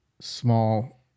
small